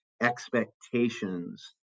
expectations